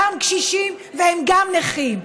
קשישים והם גם נכים.